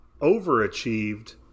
overachieved